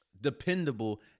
dependable